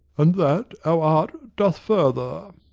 and that our art doth further.